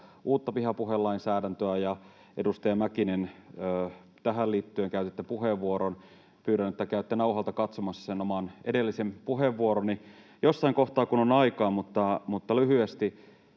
uutta vihapuhelainsäädäntöä, ja, edustaja Mäkinen, tähän liittyen käytitte puheenvuoron. Pyydän, että käytte nauhalta katsomassa sen oman edellisen puheenvuoroni jossain kohtaa kun on aikaa. Lyhyesti: